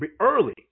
early